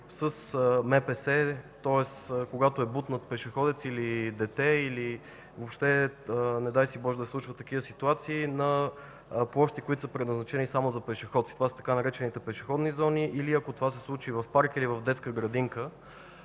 с МПС, тоест когато е бутнат пешеходец или дете, или въобще, не дай Боже да се случват такива ситуации на площи, които са предназначени само за пешеходци – така наречените „пешеходни зони”, или ако това се случи в парк или в детска градинка.